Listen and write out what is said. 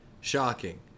shocking